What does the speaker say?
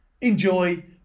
enjoy